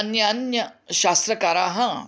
अन्य अन्य शास्त्रकाराः